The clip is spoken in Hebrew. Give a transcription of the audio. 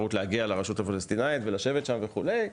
אפשרות להגיע לרשות הפלסטינית ולשבת שם וכולי,